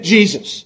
Jesus